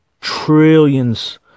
trillions